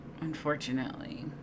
unfortunately